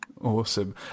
awesome